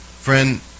Friend